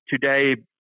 today